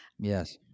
Yes